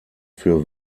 für